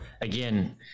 again